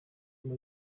kuri